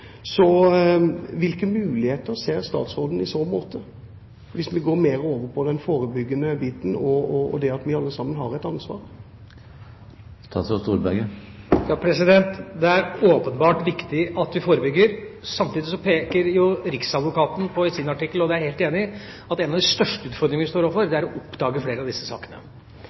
Hvilke muligheter ser statsråden i så måte – hvis vi går mer over på den forebyggende biten og det at vi alle sammen har et ansvar? Det er åpenbart viktig at vi forebygger. Samtidig peker jo riksadvokaten på i sin artikkel – og det er jeg helt enig i – at en av de største utfordringene vi står overfor, er å oppdage flere av disse sakene.